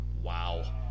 Wow